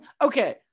okay